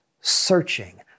searching